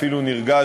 אפילו נרגש,